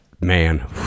Man